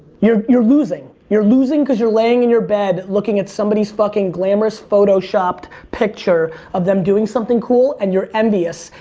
you're you're losing. you're losing cause you're laying in your bed looking at somebody's fucking glamorous photoshopped picture of them doing something cool. and you're envious,